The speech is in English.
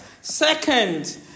Second